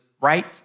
right